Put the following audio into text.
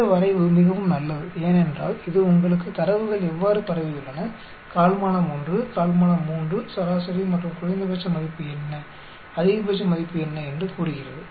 இந்த வரைவு மிகவும் நல்லது ஏனென்றால் இது உங்களுக்கு தரவுகள் எவ்வாறு பரவியுள்ளன கால்மானம் 1 கால்மானம் 3 சராசரி மற்றும் குறைந்தபட்ச மதிப்பு என்ன அதிகபட்ச மதிப்பு என்ன என்று கூறுகின்றது